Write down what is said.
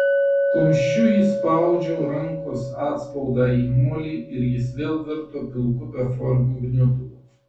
kumščiu įspaudžiau rankos atspaudą į molį ir jis vėl virto pilku beformiu gniutulu